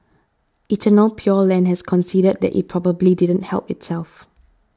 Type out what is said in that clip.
Eternal Pure Land has conceded that it probably didn't help itself